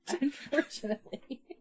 Unfortunately